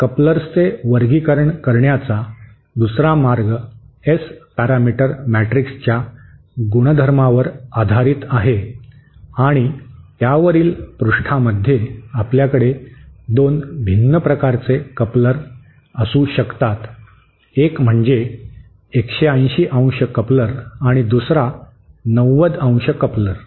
कपलर्सचे वर्गीकरण करण्याचा दुसरा मार्ग एस पॅरामीटर मॅट्रिक्सच्या गुणधर्मावर आधारित आहे आणि त्यावरील पृष्ठामध्ये आपल्याकडे 2 भिन्न प्रकारचे कपलर असू शकतात एक म्हणजे 180° कपलर आणि दुसरा 90° कपलर